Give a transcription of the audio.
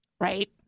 Right